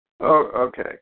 Okay